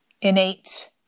innate